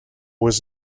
was